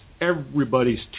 everybody's